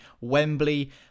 Wembley